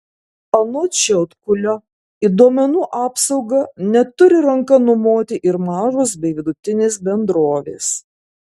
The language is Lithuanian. anot šiaudkulio į duomenų apsaugą neturi ranka numoti ir mažos bei vidutinės bendrovės